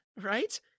right